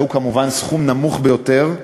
זהו כמובן סכום נמוך ביותר,